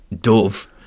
Dove